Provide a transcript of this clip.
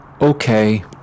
okay